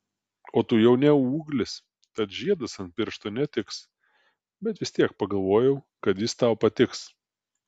o tu jau ne ūglis tad žiedas ant piršto netiks bet vis tiek pagalvojau kad jis tau patiks